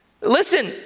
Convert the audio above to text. Listen